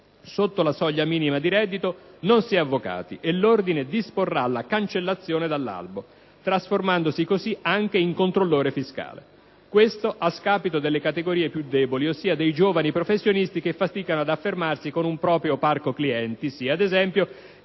Sotto la soglia minima di reddito non si è avvocati e l'Ordine disporrà la cancellazione dall'albo, trasformandosi così anche in controllore fiscale. Questo a scapito delle categorie più deboli ossia dei giovani professionisti che faticano ad affermarsi con un proprio "parco clienti", sia, ad esempio,